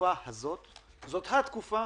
התקופה הזאת היא התקופה